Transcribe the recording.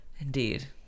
Indeed